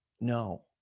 no